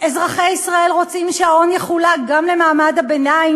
אזרחי ישראל רוצים שההון יחולק גם למעמד הביניים